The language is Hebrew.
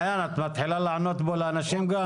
מעין, את מתחילה לענות כאן לאנשים?